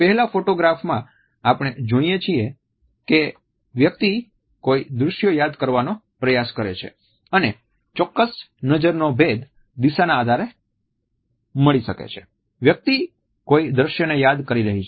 પહેલા ફોટોગ્રાફમાં આપણે જોઈએ છીએ કે તે વ્યક્તિ કોઇ દ્રશ્ય યાદ કરવાનો પ્રયાસ કરે છે અને આ ચોક્કસ નજરનો ભેદ દિશાના આધારે મળી શકે છે કે વ્યક્તિ કોઈ દ્રશ્ય ને યાદ કરી રહી છે